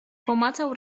pomacał